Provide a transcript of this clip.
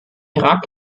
irak